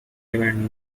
event